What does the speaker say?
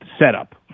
setup